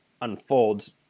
unfolds